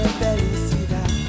felicidad